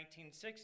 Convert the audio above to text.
1960s